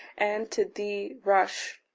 and to thee rush.